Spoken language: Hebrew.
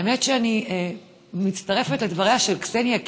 האמת היא שאני מצטרפת לדבריה של קסניה,